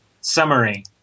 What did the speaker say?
summary